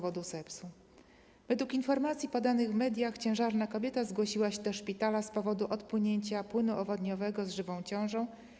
Według informacji podanych w mediach ciężarna kobieta zgłosiła się do szpitala z powodu odpłynięcia płynu owodniowego z żywą ciążą.